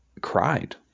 cried